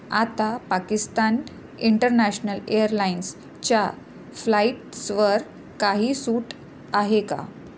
आता पाकिस्तान इंटरनॅशनल एअरलाइन्सच्या फ्लाइट्सवर काही सूट आहे का